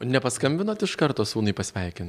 nepaskambinot iš karto sūnui pasveikin